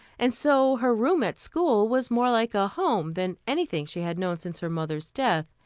and so her room at school was more like a home than anything she had known since her mother's death.